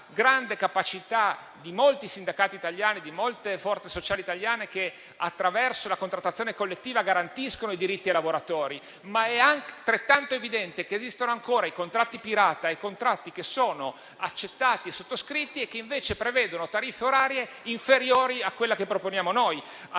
grande capacità di molti sindacati italiani e di molte forze sociali italiane che attraverso la contrattazione collettiva garantiscono i diritti ai lavoratori. È altrettanto evidente però che esistono ancora i contratti pirata e i contratti accettati e sottoscritti che invece prevedono tariffe orarie inferiori a quella che proponiamo noi: